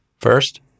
First